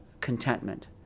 contentment